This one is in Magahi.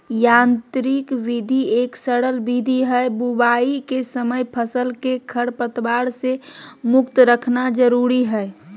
यांत्रिक विधि एक सरल विधि हई, बुवाई के समय फसल के खरपतवार से मुक्त रखना जरुरी हई